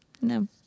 No